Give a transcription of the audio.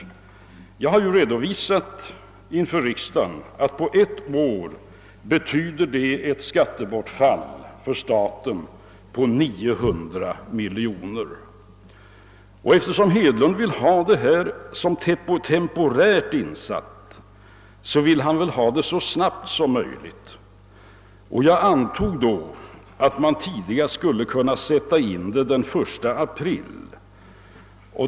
Jag har redovisat inför riksdagen att detta på ett år betyder ett skattebortfall för staten på 900 miljoner kronor. Eftersom herr Hedlund vill att åtgärden skall vara temporär, vill han förmodligen att den skall tillgripas så snabbt som möjligt. Jag antog att det tidigast skulle kunna ske den 1 april.